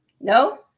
No